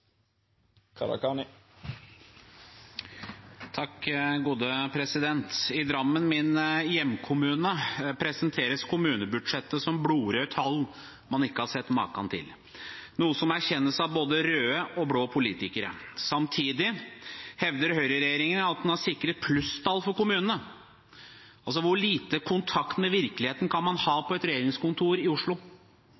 I Drammen, min hjemkommune, presenteres kommunebudsjettet som blodrøde tall man ikke har sett maken til, noe som erkjennes av både røde og blå politikere. Samtidig hevder høyreregjeringen at den har sikret plusstall for kommunene. Hvor lite kontakt med virkeligheten kan man ha